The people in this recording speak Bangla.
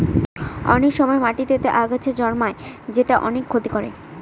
অনেক সময় মাটিতেতে আগাছা জন্মায় যেটা অনেক ক্ষতি করে